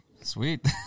Sweet